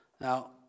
Now